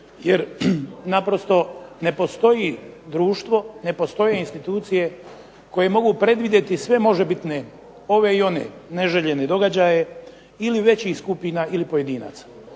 jer naprosto ne postoji društvo, ne postoje institucije koje mogu predvidjeti sve može biti …/Ne razumije se./… ove i one, neželjene događaje, ili većih skupina ili pojedinaca.